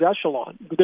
echelon